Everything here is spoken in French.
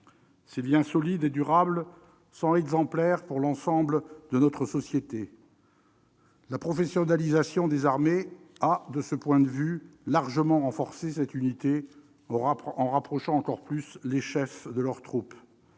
des liens solides et durables, exemplaires pour l'ensemble de notre société. La professionnalisation des armées a, de ce point de vue, largement renforcé cette unité en rapprochant encore plus les chefs de leurs troupes.